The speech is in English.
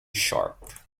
sharp